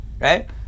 right